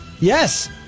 Yes